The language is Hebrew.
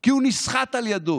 כי הוא נסחט על ידו.